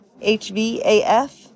H-V-A-F